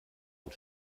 und